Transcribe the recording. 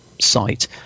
site